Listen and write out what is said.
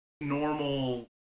normal